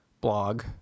blog